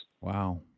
Wow